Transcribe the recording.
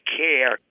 care